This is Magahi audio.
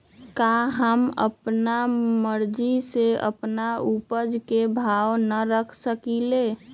का हम अपना मर्जी से अपना उपज के भाव न रख सकींले?